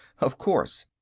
of course.